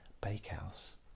bakehouse